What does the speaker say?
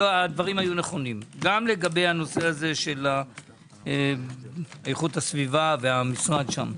הדברים היו נכונים גם בנושא איכות הסביבה והמשרד שם.